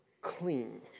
clean